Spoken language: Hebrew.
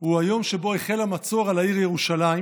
הוא היום שבו החל המצור על העיר ירושלים